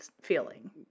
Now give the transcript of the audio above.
feeling